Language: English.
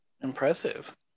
Impressive